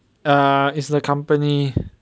err is the company